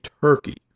Turkey